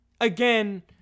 again